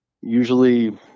Usually –